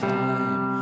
time